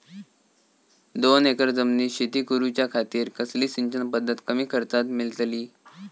दोन एकर जमिनीत शेती करूच्या खातीर कसली सिंचन पध्दत कमी खर्चात मेलतली?